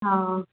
ꯑꯣ